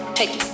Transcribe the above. Take